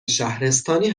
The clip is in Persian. شهرستانی